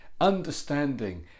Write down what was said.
understanding